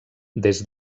des